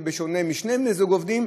בשונה משני בני זוג עובדים,